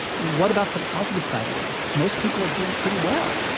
what about the positive side of life? most people are doing pretty well.